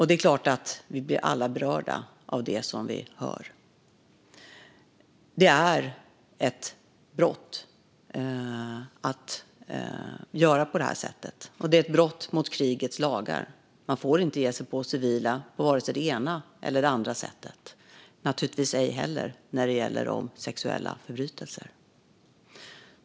Det är klart att vi alla blir berörda av det som vi hör. Det är ett brott att göra så, och det är ett brott mot krigets lagar. Man får inte ge sig på civila på vare sig det ena eller det andra sättet, naturligtvis ej heller när det gäller sexuella förbrytelser.